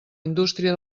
indústria